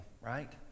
right